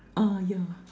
ah yeah